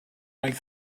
like